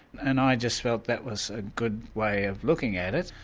and i just felt that was a good way of looking at it.